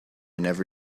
never